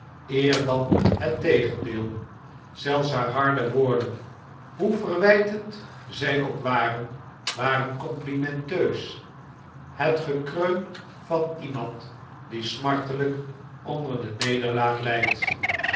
eer dan het tegendeel zelfs haar harde woorden hoe verwijtend zij ook waren waren complimenteus het gekreun van iemand die smartelijk onder de nederlaag lijdt